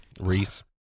Reese